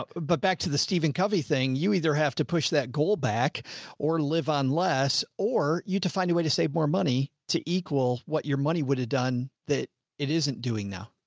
but but back to the stephen covey thing, you either have to push that goal back or live on less, or you have to find a way to save more money to equal what your money would have done that it isn't doing now.